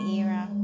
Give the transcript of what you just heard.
era